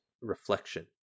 reflection